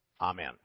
Amen